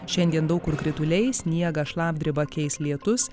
šiandien daug kur krituliai sniegą šlapdribą keis lietus